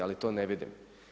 Ali to ne vidim.